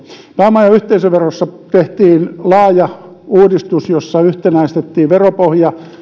pääoma ja yhteisöverossa tehtiin laaja uudistus jossa yhtenäistettiin